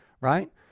right